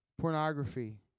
Pornography